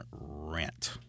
rent